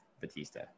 Batista